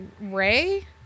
Ray